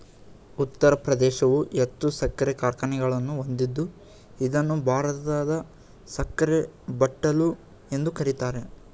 ಉತ್ತರ ಪ್ರದೇಶವು ಹೆಚ್ಚು ಸಕ್ಕರೆ ಕಾರ್ಖಾನೆಗಳನ್ನು ಹೊಂದಿದ್ದು ಇದನ್ನು ಭಾರತದ ಸಕ್ಕರೆ ಬಟ್ಟಲು ಎಂದು ಕರಿತಾರೆ